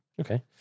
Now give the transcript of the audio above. okay